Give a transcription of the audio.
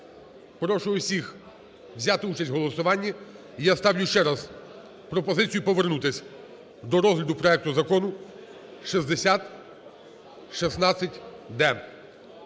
прошу всіх взяти участь в голосуванні. Я ставлю ще раз пропозицію повернутися до розгляду проекту Закону 6016-д,